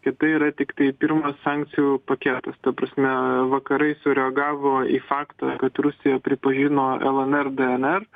kad tai yra tiktai pirmas sankcijų paketas ta prasme vakarai sureagavo į faktą kad rusija pripažino lnr dnr